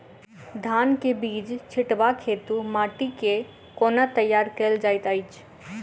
धान केँ बीज छिटबाक हेतु माटि केँ कोना तैयार कएल जाइत अछि?